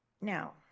now